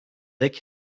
dek